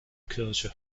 kirche